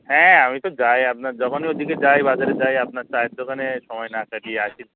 হ্যাঁ আমি তো যাই আপনার যখনই ওদিকে যাই বাজারে যাই আপনার চায়ের দোকানে সময় না কাটিয়ে আসি